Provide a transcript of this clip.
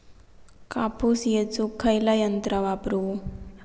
कापूस येचुक खयला यंत्र वापरू?